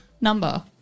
number